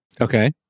Okay